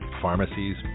pharmacies